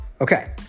Okay